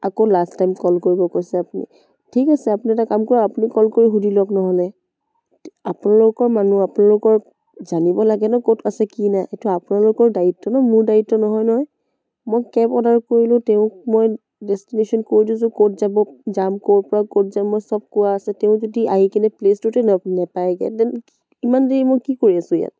আকৌ last time call কৰিব কৈছে আপুনি ঠিক আছে আপুনি এটা কাম কৰক আপুনি কল কৰি সুধি লওঁক নহ'লে আপোনালোকৰ মানুহ আপোনালোকৰ জানিব লাগে ন ক'ত আছে কি নাই এইটো আপোনালোকৰ দায়িত্ব ন মোৰ দায়িত্ব নহয় নহয় মই কেব অৰ্ডাৰ কৰিলোঁ তেওঁক মই ডেষ্টিনেশ্যন কৈ থৈছোঁ ক'ত যাব যাম ক'ৰ পৰা ক'ত যাম মই সব কোৱা আছে তেওঁ যদি আহি কিনে প্লেচটোতে নাপায়গৈ ডেন ইমান দেৰি মই কি কৰি আছোঁ ইয়াত